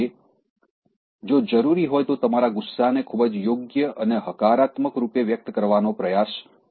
જો કે જો જરૂરી હોય તો તમારા ગુસ્સાને ખૂબ જ યોગ્ય અને હકારાત્મક રૂપે વ્યક્ત કરવાનો પ્રયાસ કરો